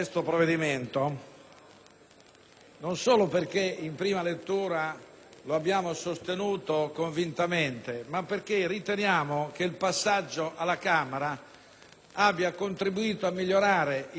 non solo perché in prima lettura lo abbiamo sostenuto convintamente ma perché riteniamo che il passaggio alla Camera abbia contribuito a migliorare il testo originale.